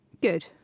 Good